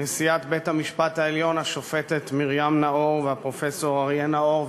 נשיאת בית-המשפט העליון השופטת מרים נאור ופרופסור אריה נאור,